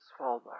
Svalbard